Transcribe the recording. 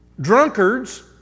Drunkards